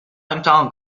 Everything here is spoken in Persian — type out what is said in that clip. امتحان